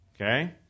okay